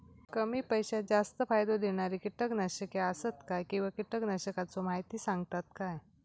कमी पैशात जास्त फायदो दिणारी किटकनाशके आसत काय किंवा कीटकनाशकाचो माहिती सांगतात काय?